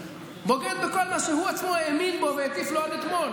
בוגד בכל מה שהוא עצמו האמין בו והטיף לו עד אתמול,